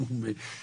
אם הוא עובר